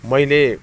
मैले